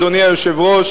אדוני היושב-ראש,